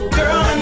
Girl